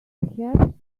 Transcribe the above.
perhaps